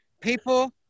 people